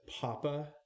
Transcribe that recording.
Papa